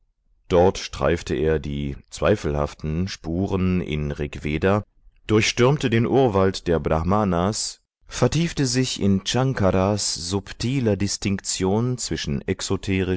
dort streifte er die zweifelhaften spuren in rigveda durchstürmte den urwald der brahmanas vertiefte sich in ankaras subtiler distinktion zwischen